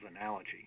analogy